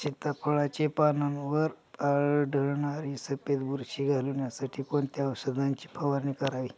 सीताफळाचे पानांवर आढळणारी सफेद बुरशी घालवण्यासाठी कोणत्या औषधांची फवारणी करावी?